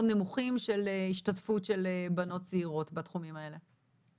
נמוכים של השתתפות של בנות צעירות בתחומים האלה?